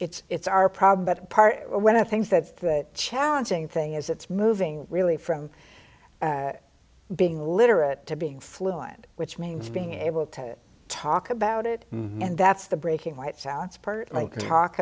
that it's our problem but part when i think that that challenging thing is it's moving really from being a literate to being fluent which means being able to talk about it and that's the breaking white sounds part like you talk